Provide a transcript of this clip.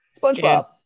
SpongeBob